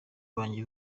banjye